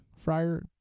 fryer